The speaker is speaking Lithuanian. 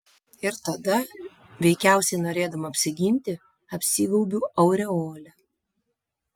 ir tada veikiausiai norėdama apsiginti apsigaubiu aureole